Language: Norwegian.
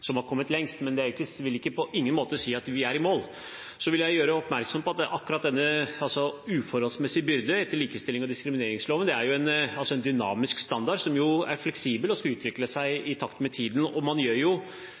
som har kommet lengst, men det vil på ingen måte si at vi er i mål. Så vil jeg gjøre oppmerksom på at dette med «uforholdsmessig byrde» i likestillings- og diskrimineringsloven er jo en dynamisk standard som er fleksibel og skal utvikle seg i takt med tiden. Man gjør